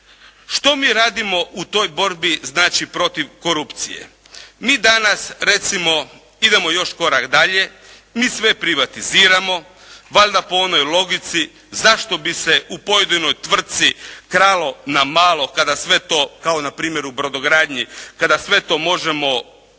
Što mi radimo u toj borbi, znači protiv korupcije. Mi danas, recimo idemo još korak dalje, mi sve privatiziramo valjda po onoj logici zašto bi se u pojedinoj tvrtci kralo na malo, kada sve to, kao na primjer u brodogradnji kada sve to možemo prepustiti